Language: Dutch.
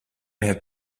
het